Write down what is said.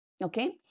Okay